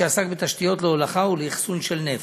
שעסק בתשתיות להולכה ולאחסון של נפט.